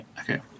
okay